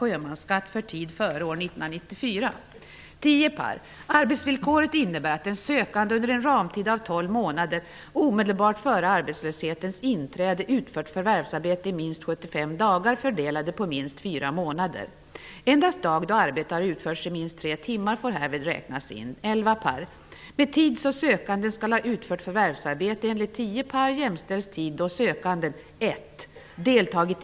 I stället förlitar man sig på att Lagrådet och arbetsmarknadsutskottets kansli klarar av de problem som departementet borde ha tagit på sitt ansvar. Det är upprörande att man på detta sätt låter kansliets personal få en arbetsbelastning som varit nästintill omänsklig.